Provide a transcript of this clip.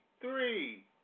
three